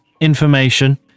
information